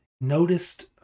noticed